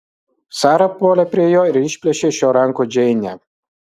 sara puolė prie jo ir išplėšė iš jo rankų džeinę